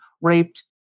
raped